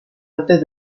antes